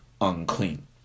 unclean